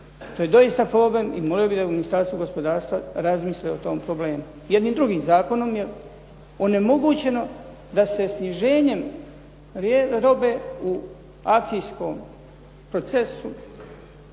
To je doista problem i molio bih da u Ministarstvu gospodarstva razmisle o tom problemu. Jednim drugim zakonom je onemogućeno da se sniženjem robe u akcijskom procesu